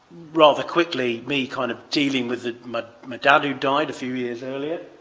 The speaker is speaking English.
rather quickly me kind of dealing with my my dad who died a few years earlier